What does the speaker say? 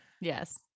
Yes